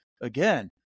again